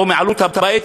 או מעלות הבית,